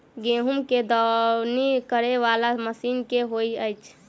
गेंहूँ केँ दौनी करै वला मशीन केँ होइत अछि?